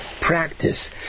practice